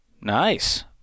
nice